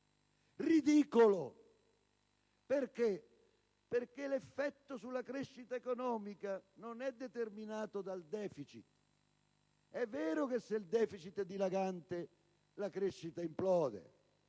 Ridicolo! Perché? Perché l'effetto sulla crescita economica non è determinato dal deficit. È vero che se il deficit è dilagante, la crescita implode,